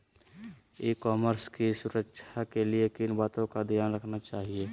ई commerce की सुरक्षा के लिए किन बातों का ध्यान रखना चाहिए?